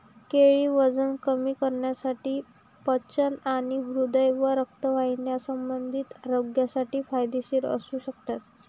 केळी वजन कमी करण्यासाठी, पचन आणि हृदय व रक्तवाहिन्यासंबंधी आरोग्यासाठी फायदेशीर असू शकतात